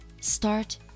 Start